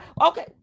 okay